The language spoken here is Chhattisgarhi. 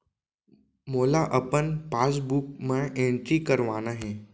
मोला अपन पासबुक म एंट्री करवाना हे?